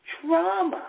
trauma